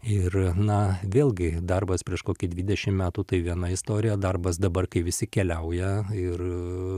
ir na vėlgi darbas prieš kokį dvidešim metų tai viena istorija darbas dabar kai visi keliauja ir